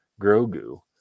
Grogu